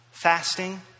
Fasting